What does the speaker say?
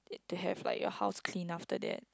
to have like your house clean after that